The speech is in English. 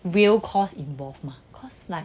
real cost involved mah cause like